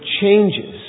changes